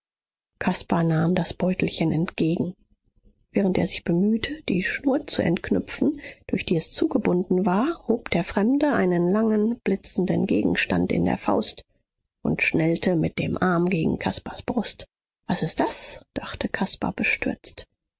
nahm das beutelchen entgegen während er sich bemühte die schnur zu entknüpfen durch die es zugebunden war hob der fremde einen langen blitzenden gegenstand in der faust und schnellte mit dem arm gegen caspars brust was ist das dachte caspar bestürzt